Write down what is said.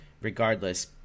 Regardless